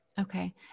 Okay